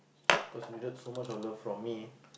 cause you needed so much of love from me